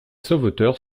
sauveteurs